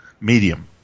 Medium